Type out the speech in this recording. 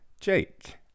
Jake